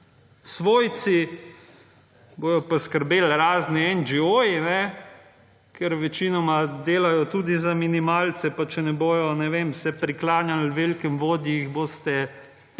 svojci. Bojo poskrbeli razni NGO-ji. Ker večinoma delajo tudi za minimalce, pa če ne bojo, ne vem, se priklanjali velikemu vodji, jih boste